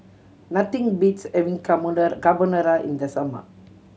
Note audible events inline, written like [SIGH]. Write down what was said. nothing beats having [UNINTELLIGIBLE] Carbonara in the summer